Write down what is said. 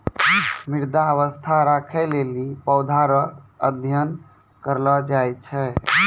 मृदा स्वास्थ्य राखै लेली पौधा रो अध्ययन करलो जाय छै